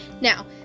now